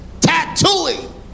tattooing